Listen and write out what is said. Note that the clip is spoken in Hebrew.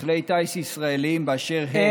בכלי טיס ישראליים באשר הם,